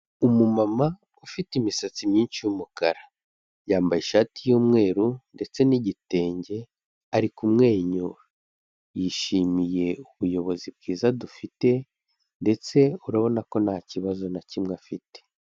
Umumama ufite imisatsi myinshi y'umukara, yambaye ishati y'umweru ndetse n'igitenge, ari kumwenyura; yishimiye ubuyobozi bwiza dufite, ndetse urabona ko nta kibazo na kimwe afite.